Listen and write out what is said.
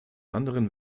anderen